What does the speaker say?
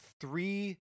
three